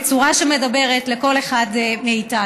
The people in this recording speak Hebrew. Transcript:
בצורה שמדברת לכל אחד מאיתנו.